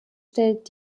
stellt